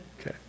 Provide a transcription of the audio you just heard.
Okay